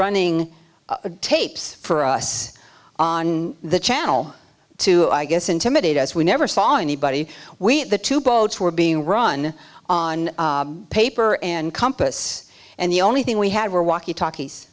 running a tapes for us on the channel too i guess intimidate us we never saw anybody we the two boats were being run on paper and compass and the only thing we had were walkie talkies